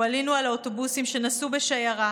הועלינו על האוטובוסים שנסעו בשיירה.